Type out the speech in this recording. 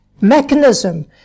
mechanism